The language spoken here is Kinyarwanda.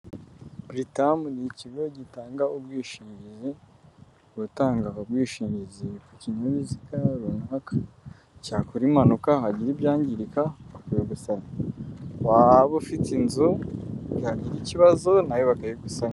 Buritamu ni ikigo gitanga ubwishingizi, ku batangaga ubwishingizi ku kinyabiziga runaka cyakora impanuka hagira ibyangirika bakabigusanira, waba ufite inzu yagira ikibazo nayo bakayigusanira.